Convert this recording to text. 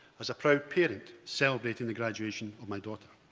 as a proud parent celebrating the graduation of my daughter.